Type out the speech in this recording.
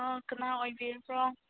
ꯑꯥ ꯀꯅꯥ ꯑꯣꯏꯕꯤꯔꯕ꯭ꯔꯣ